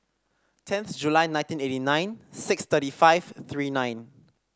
tenth July nineteen eighty nine six thirty five three nine